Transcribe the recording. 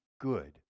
good